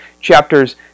chapters